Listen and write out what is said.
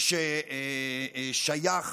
ששייך